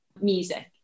Music